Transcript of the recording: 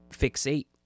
fixate